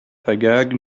تگرگ